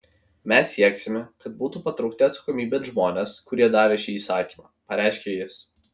mes sieksime kad būtų patraukti atsakomybėn žmonės kurie davė šį įsakymą pareiškė jis